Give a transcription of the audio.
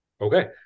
Okay